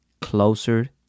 closer